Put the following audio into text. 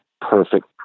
perfect